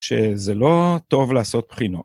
שזה לא טוב לעשות בחינות.